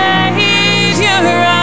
Savior